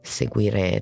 seguire